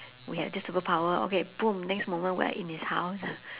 we have this superpower okay boom next moment we are in his house